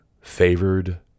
favored